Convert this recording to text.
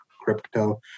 crypto